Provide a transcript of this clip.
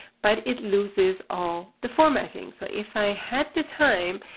but it loses all the formatting. so if i had the time,